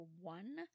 One